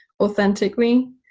authentically